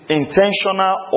intentional